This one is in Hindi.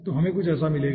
तो हमें कुछ ऐसा मिलेगा